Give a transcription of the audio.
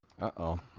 Uh-oh